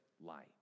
light